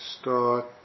start